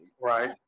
Right